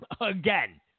Again